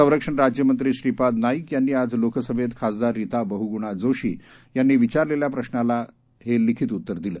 संरक्षण राज्यमंत्री श्रीपाद नाईक यांनी आज लोकसभेत खासदार रिता बह्गुणा जोशी यांनी विचारलेल्या प्रश्नाला हे लिखित उत्तर दिले